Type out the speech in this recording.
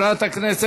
מדינת